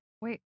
Wait